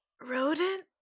Rodent